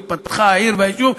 התפתחו העיר והיישוב,